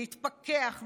להתפכח מייד,